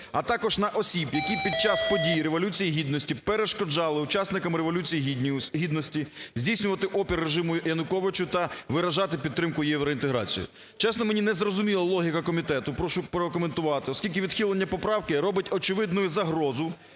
а також на осіб, які під час події Революції Гідності перешкоджали учасникам Революції Гідності здійснювати опір режиму Януковичу та виражати підтримку Євроінтеграції. Чесно, мені не зрозуміла логіка комітету, прошу прокоментувати, оскільки відхилення поправки робить очевидну загрозу,